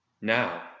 Now